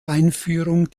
einführung